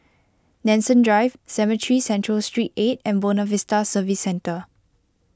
Nanson Drive Cemetry Central Street eight and Buona Vista Service Centre